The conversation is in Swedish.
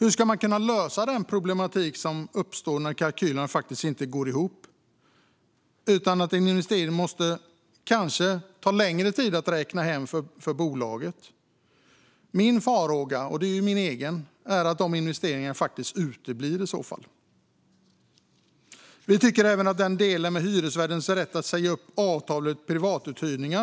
Hur ska man lösa de problem som uppstår när kalkylerna inte går ihop? En investering tar kanske längre tid att räkna hem för bolaget. Min farhåga är att investeringarna då uteblir. Hyresvärdens rätt att säga upp avtal vid privatuthyrning